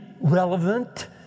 relevant